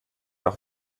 auch